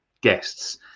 guests